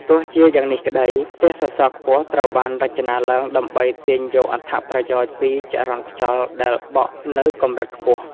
ទោះជាយ៉ាងនេះក្ដី ផ្ទះសសរខ្ពស់ត្រូវបានរចនាឡើងដើម្បីទាញយកអត្ថប្រយោជន៍ពីចរន្តខ្យល់ដែលបក់នៅកម្រិតខ្ពស់